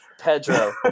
Pedro